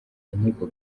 inkiko